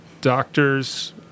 doctors